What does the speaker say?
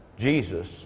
Jesus